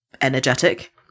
energetic